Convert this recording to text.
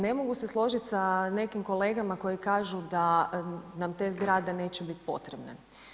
Ne mogu se složiti s nekim kolegama koji kažu da nam te zgrade neće biti potrebne.